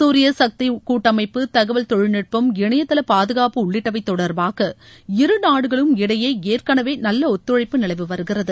சூரிய சக்தி கூட்டமைப்பு தகவல் தொழில்நுட்பம் இணையதள பாதுகாப்பு உள்ளிட்டவை தொடர்பாக இருநாடுகளுக்கும் இடையே ஏற்கனவே நல்ல ஒத்துழைப்பு நிலவி வருகிறது